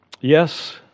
Yes